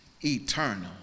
eternal